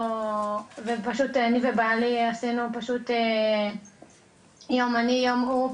ופשוט אני ובעלי עשינו יום אני יום הוא,